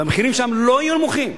והמחירים שם לא יהיו נמוכים.